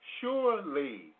surely